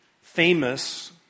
famous